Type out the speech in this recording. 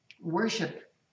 Worship